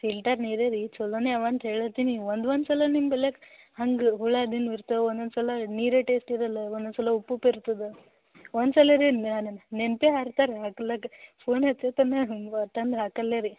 filter ನೀರೇ ರೀ ಚಲೊನೇ ಅವ ಅಂತ ಹೇಳಾತ್ತೀನಿ ಒಂದು ಒಂದು ಸಲ ನಿಮ್ಮ ಬಲ್ಯಾಕ್ ಹಂಗೆ ಹುಳದಿಂದ ಬರ್ತಾವೆ ಒಂದೊಂದ್ ಸಲ ನೀರೇ ಟೇಸ್ಟ್ ಇರೋಲ್ಲ ಒಂದೊಂದ್ ಸಲ ಉಪ್ಪು ಉಪ್ಪು ಇರ್ತದೆ ಒಂದು ಸಲ ರೀ ನಾನು ನೆನಪೆ ಹಾರ್ತಾರೆ ರೀ ಹಗಲಾಗ ಫೋನ್ ಹಚ್ಚುತ್ತಲೇ ಹಂಗೆ ತಂದು ಹಾಕಲ್ಲೆ ರೀ